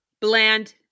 bland